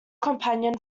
companion